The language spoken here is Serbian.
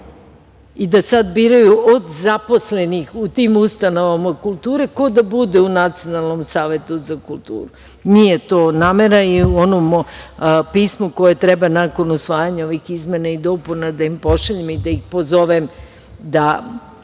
i da sada biraju od zaposlenih u tim ustanovama kulture, ko da bude u Nacionalnom savetu za kulturu. Nije to namera i u onom pismu koje treba, nakon usvajanja ovih izmena i dopuna da im pošaljem i da ih pozovem da